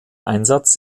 einsatz